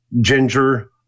ginger